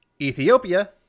Ethiopia